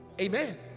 Amen